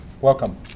Welcome